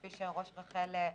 כפי שציין ראש רח"ל.